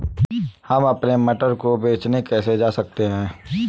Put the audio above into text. हम अपने मटर को बेचने कैसे जा सकते हैं?